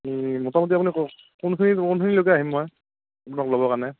মোটামুটি আপুনি ক কোনখিনিত কোনখিনি লৈকে আহিম মই আপোনাক ল'ব কাৰণে